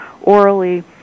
orally